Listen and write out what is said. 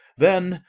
then,